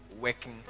working